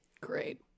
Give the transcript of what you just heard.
Great